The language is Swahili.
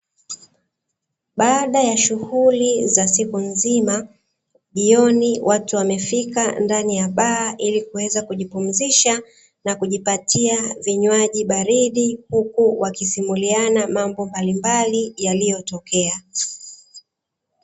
Baada ya shughuli za siku nzima jioni watu wamefika ndani ya baa ili kuweza kujipumzisha na kujipatia vinywaji baridi, huku wakisimuliana mambo mbalimbali yaliyotokea.